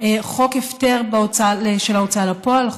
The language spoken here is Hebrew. חוק הפטר של ההוצאה לפועל,